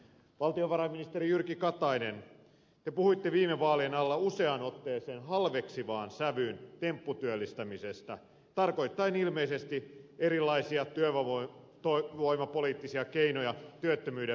valtiovarainministeri jyrki katainen te puhuitte viime vaalien alla useaan otteeseen halveksivaan sävyyn tempputyöllistämisestä tarkoittaen ilmeisesti erilaisia työvoimapoliittisia keinoja työttömyyden vähentämiseksi